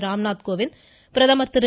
ராம்நாத் கோவிந்த் பிரதமா் திரு